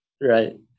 Right